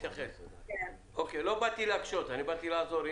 לא באתי להקשות, באתי לעזור.